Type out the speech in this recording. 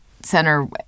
Center